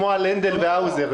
כמו על הנדל והאוזר.